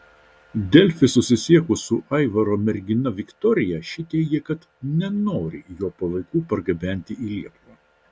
delfi susisiekus su aivaro mergina viktorija ši teigė kad nenori jo palaikų pergabenti į lietuvą